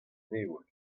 heol